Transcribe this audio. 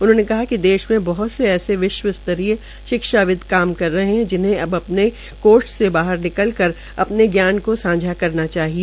उन्होंने कहा कि देश में बहत से ऐसे विश्व स्तरीय शिक्षाविदव काम कर रहे है जिनहे अब अपने कोष्ठ से बाहर निकल कर अपने जान को सांझा करना चाहिए